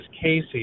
Casey